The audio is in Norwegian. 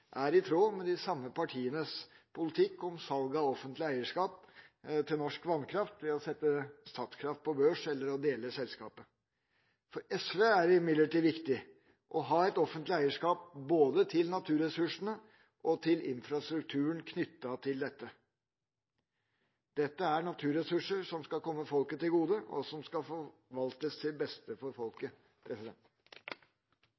er i tråd med de samme partienes politikk om salg av offentlig eierskap til norsk vannkraft ved å sette Statkraft på børs eller å dele selskapet. For SV er det imidlertid viktig å ha et offentlig eierskap både til naturressursene og til infrastrukturen knyttet til dette. Dette er naturressurser som skal komme folket til gode, og som skal forvaltes til beste for